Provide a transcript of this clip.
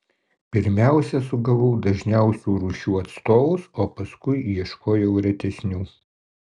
pirmiausia sugavau dažniausių rūšių atstovus o paskui ieškojau retesnių